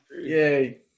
Yay